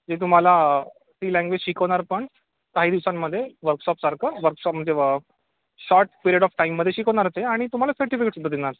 जे तुम्हाला C language शिकवणार पण काही दिवसांमध्ये वर्कशॉपसारखं वर्कशॉप म्हणजे शॉर्ट पिरेड ऑफ टाईममध्ये शिकवणार ते आणि तुम्हाला सर्टिफिकेटसुद्धा देणार